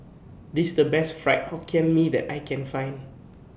This IS The Best Fried Hokkien Mee that I Can Find